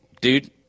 dude